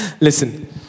listen